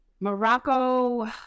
Morocco